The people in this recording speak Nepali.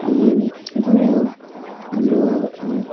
अनि जुन यो हाम्रो